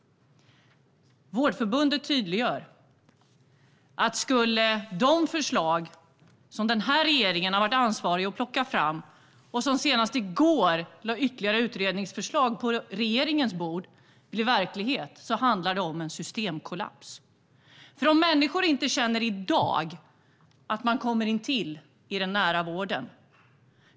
Vårdförbundet tydliggör att skulle de förslag som regeringen har tagit fram och de ytterligare utredningsförslag som lades fram på regeringens bord i går bli verklighet blir det systemkollaps. Redan i dag känner människor att de inte kommer in i den nära vården.